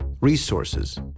resources